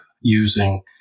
using